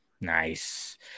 Nice